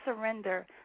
surrender